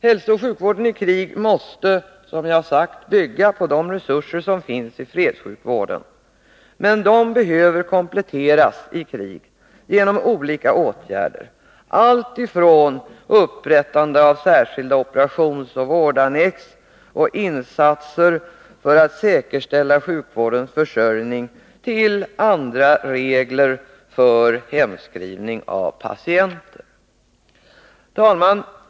Hälsooch sjukvården i krig måste, som jag tidigare har sagt, bygga på de resurser som finns i fredssjukvården. Men de behöver kompletteras i krig genom olika åtgärder, alltifrån upprättande av särskilda operationsoch vårdannex och insatser för att säkerställa sjukvårdens försörjning till andra regler för hemskrivning av patienter. Herr talman!